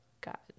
got